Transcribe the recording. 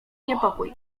niepokój